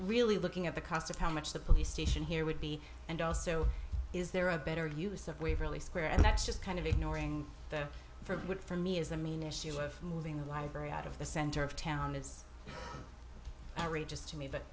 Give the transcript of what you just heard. really looking at the cost of how much the police station here would be and also is there a better use of waverly square and that's just kind of ignoring the for what for me is the main issue of moving the library out of the center of town it's outrageous to me but